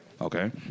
Okay